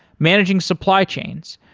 managing supply chains,